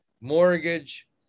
mortgage